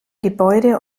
gebäude